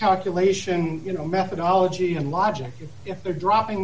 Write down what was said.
calculation you know methodology and logic if they're dropping